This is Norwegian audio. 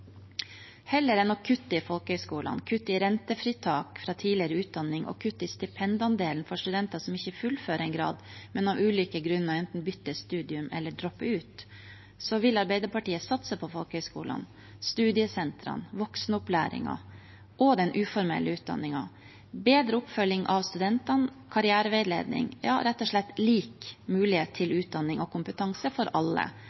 Heller enn å kutte til folkehøyskolene, kutte i rentefritak fra tidligere utdanning og kutte i stipendandelen for studenter som ikke fullfører en grad, men av ulike grunner enten bytter studium eller dropper ut, vil Arbeiderpartiet satse på folkehøyskolene, studiesentrene, voksenopplæringen og den uformelle utdanningen, bedre oppfølging av studentene, karriereveiledning – ja, rett og slett lik mulighet til utdanning og kompetanse for alle,